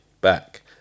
back